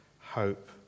hope